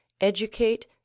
educate